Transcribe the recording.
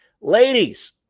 ladies